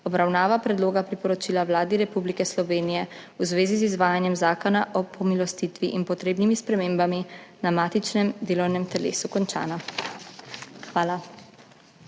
obravnava Predloga priporočila Vladi Republike Slovenije v zvezi z izvajanjem Zakona o pomilostitvi in potrebnimi spremembami na matičnem delovnem telesu končana, Hvala.